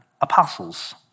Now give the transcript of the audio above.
apostles